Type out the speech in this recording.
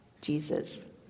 Jesus